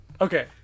Okay